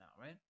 right